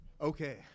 okay